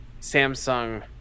Samsung